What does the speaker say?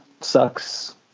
sucks